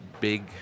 big